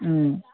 ହୁଁ